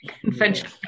Convention